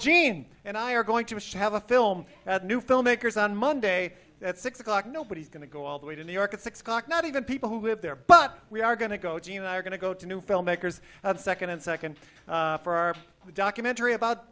gene and i are going to have a film new filmmakers on monday at six o'clock nobody's going to go all the way to new york at six o'clock not even people who live there but we are going to go gee i'm not going to go to new filmmakers second and second for our documentary about